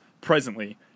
presently